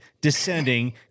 descending